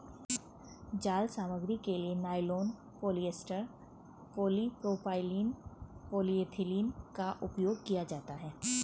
जाल सामग्री के लिए नायलॉन, पॉलिएस्टर, पॉलीप्रोपाइलीन, पॉलीएथिलीन का उपयोग किया जाता है